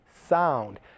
sound